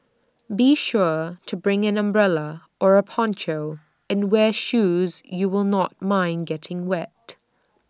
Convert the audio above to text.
be sure to bring an umbrella or A poncho and wear shoes you will not mind getting wet